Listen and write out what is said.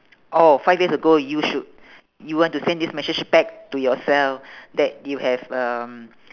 oh five years ago you should you want to send this message back to yourself that you have um